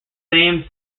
sam